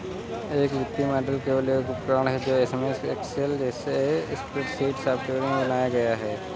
एक वित्तीय मॉडल केवल एक उपकरण है जो एमएस एक्सेल जैसे स्प्रेडशीट सॉफ़्टवेयर में बनाया गया है